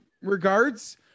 regards